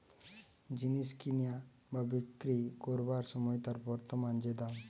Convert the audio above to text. জিনিস কিনা বা বিক্রি কোরবার সময় তার বর্তমান যে দাম